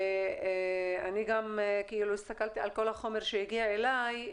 אני גם הסתכלתי על כל החומר שהגיע אלי.